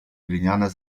gliniane